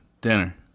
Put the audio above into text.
Dinner